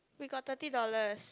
we got thirty dollars